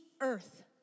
earth